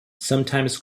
sometimes